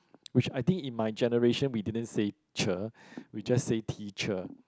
which I think in my generation we didn't say cher we just say teacher